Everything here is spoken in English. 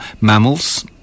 mammals